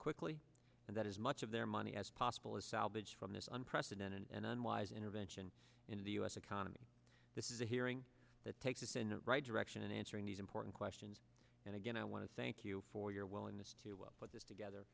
quickly and that is much of their money as possible is salvaged from this unprecedented and unwise intervention in the u s economy this is a hearing that takes us in the right direction in answering these important questions and again i want to thank you for your willingness to put this together